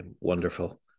wonderful